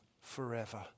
forever